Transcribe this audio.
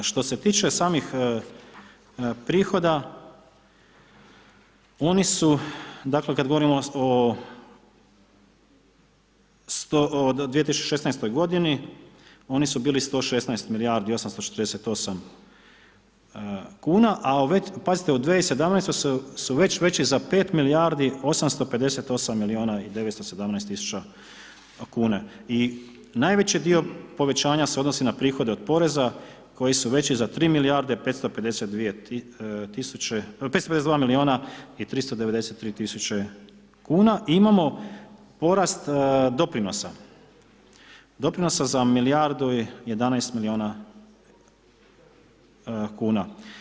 Što se tiče samih prihoda, oni su, dakle kad govorimo o 2016. godini, oni su bili 116 milijardi 848 kuna, a već, pazite, u 2017. su već veći za 5 milijardi 858 milijuna i 917 tisuća kuna, i najveći dio povećanja se odnosi na prihode od poreza koji su veći za 3 milijarde 552 milijuna i 393 tisuće kuna, imamo porast doprinosa, doprinosa za milijardu 11 milijuna kuna.